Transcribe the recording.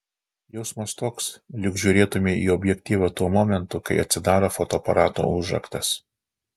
jausmas toks lyg žiūrėtumei į objektyvą tuo momentu kai atsidaro fotoaparato užraktas